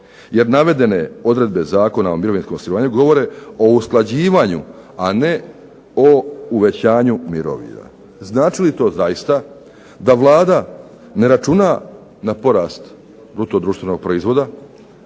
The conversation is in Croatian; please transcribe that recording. Jer navedene odredbe Zakona o mirovinskom osiguranju govore o usklađivanju, a ne o uvećanju mirovina. Znači li to zaista da vlada ne računa na porast bruto-društvenog proizvoda,